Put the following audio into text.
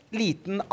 liten